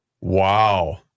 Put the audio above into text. Wow